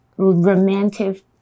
romantic